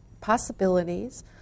possibilities